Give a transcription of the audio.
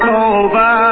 over